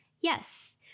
Yes